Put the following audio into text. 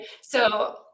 So-